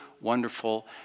wonderful